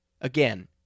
Again